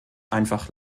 einfach